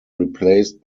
replaced